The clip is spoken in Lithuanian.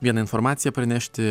vieną informaciją pranešti